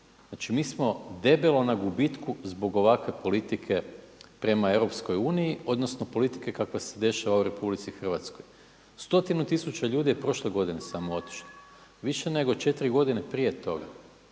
Znači mi smo debelo na gubitku zbog ovakve politike prema EU odnosno politike kakva se dešava u RH. Stotinu tisuća ljudi je prošle godine samo otišlo, više nego 4 godine prije toga.